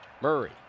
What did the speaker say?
Murray